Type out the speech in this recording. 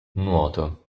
nuoto